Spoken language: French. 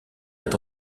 est